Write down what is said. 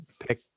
pick